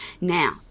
Now